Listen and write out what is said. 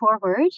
forward